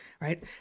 right